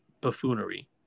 buffoonery